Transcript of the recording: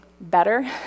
better